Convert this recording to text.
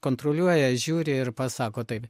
kontroliuoja žiūri ir pasako taip